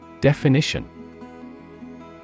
Definition